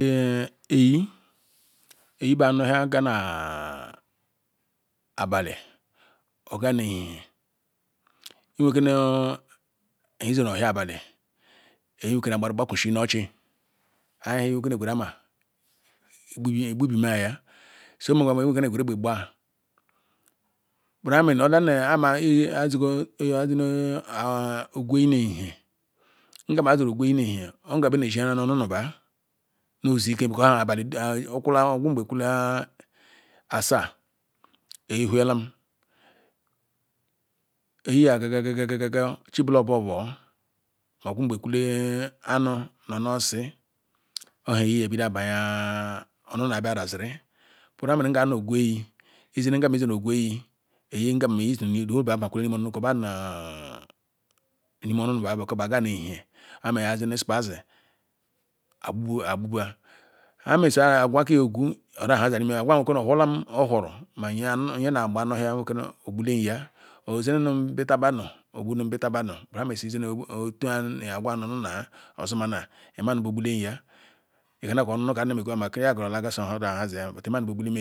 ehh eyi bu anoh na ah agah nu abali ogah nu ehihie iwere ike nhi izere ohia abali eyi nweve ike na gbakusu nih ochi ahi nwere ike neh gweru amah igbu bima soh iweh mmsh igweru egbe gbah nbona ayi ayi zigor ah ogwu eyi nu ehihie ngam ayi zere zoh ogwu eyi nu ehihie ngam beh neh eji ari ra nu munu bah neh ezuike because abali dom okula oku-ngbe kula asa eyi huyalam eyi ga ga ga ga chi bela oboodo oku-ngbe kule anoh nu anoh osisi obu yeh eyi neh abaya mu na-abia daziri oburu ngah ayi neh egwu eyi izeme gwam izeme egu eyi eyi ngam eyi bakwele ni lmeh onunu ah ni imeh onunu bah because nah gab nu ehihie meh ayi zere pah hazi Ahame sah agwu kem agwu oza nhezia rhu-imeh agwa ni keh ohuolam ohuuto mah ngeh ye na gba anob ohia ogbulem hia ozerunum bila badu nbara izenem agwanu gina hmah nu weh gbulem yah ihuna keh onunu kam keh yayjignu bur imah nu weh gbulem